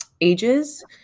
ages